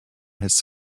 his